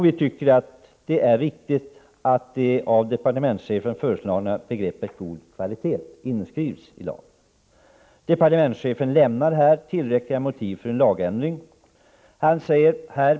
Vi tycker att det är riktigt att det av departementschefen föreslagna begreppet ”god kvalitet” inskrivs i lagen. Departementschefen ger i propositionen tillräckliga motiv för en lagändring.